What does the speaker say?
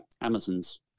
Amazon's